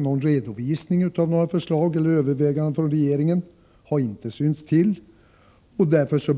Någon redovisning av förslag eller överväganden av regeringen har inte synts till, och därför